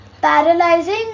paralyzing